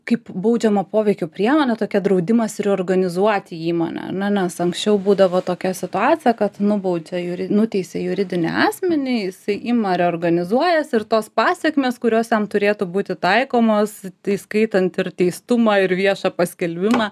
kaip baudžiamo poveikio priemonė tokia draudimas reorganizuoti įmonę ane nes anksčiau būdavo tokia situacija kad nubaudžia juri nuteisia juridinį asmenį jisai ima reorganizuojas ir tos pasekmės kurios jam turėtų būti taikomos įskaitant ir teistumą ir viešą paskelbimą